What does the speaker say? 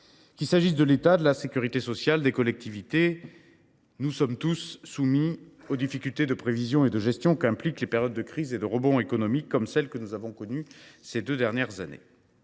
Qu’il s’agisse de l’État, de la sécurité sociale ou des collectivités territoriales, nous sommes tous soumis aux difficultés de prévision et de gestion qu’impliquent les périodes de crise puis de rebond économique comme celle que nous avons connue en 2023 et en 2024.